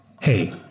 Hey